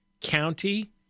county